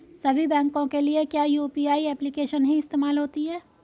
सभी बैंकों के लिए क्या यू.पी.आई एप्लिकेशन ही इस्तेमाल होती है?